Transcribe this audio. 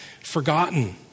forgotten